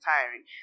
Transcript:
tiring